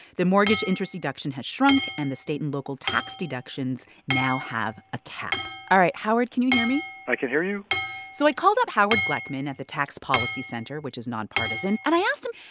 the mortgage interest deduction has shrunk, and the state and local tax deductions now have a cap all right. howard, can you hear me? i can hear you so i called up howard gleckman at the tax policy center, which is nonpartisan. and i asked him,